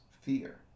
fear